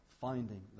finding